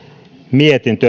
mietintö